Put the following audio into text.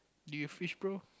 do you fish bro